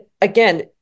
again